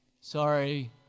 Sorry